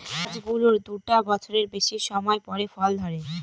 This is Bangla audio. গাছ গুলোর দুটা বছরের বেশি সময় পরে ফল ধরে